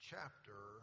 chapter